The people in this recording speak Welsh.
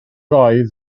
oedd